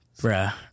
bruh